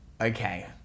okay